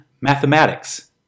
mathematics